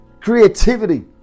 creativity